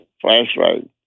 flashlight